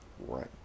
Right